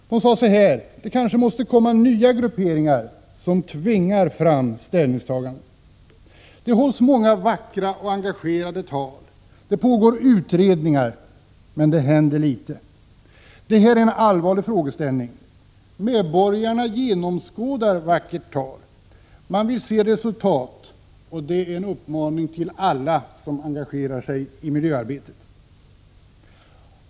De sade: Det behöver kanske komma nya grupperingar, som tvingar fram ställningstaganden. Det hålls många vackra och engagerande tal, det pågår utredningar, men det händer lite. Det här är en allvarlig frågeställning. Medborgarna genomskådar vackert tal. De vill se resultat och det är en uppmaning till alla som engagerar sig i miljöarbetet.